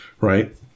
right